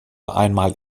einmal